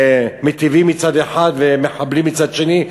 מיטיבים מצד אחד ומחבלים מצד שני.